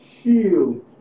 shield